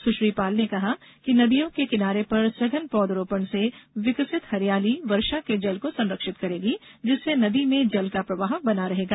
सुश्री पाल ने कहा कि नदियों के किनारों पर सघन पौधरोपण से विकसित हरियाली वर्षा के जल को संरक्षित करेगी जिससे नदी में जल का प्रवाह बना रहेगा